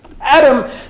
Adam